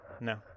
No